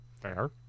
fair